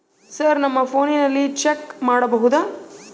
Sir ನಮ್ಮ ಫೋನಿನಲ್ಲಿ check ಮಾಡಬಹುದಾ?